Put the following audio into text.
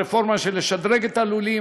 הרפורמה של לשדרג את הלולים.